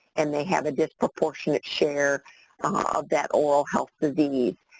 and they have a disproportionate share ah of that oral health disease.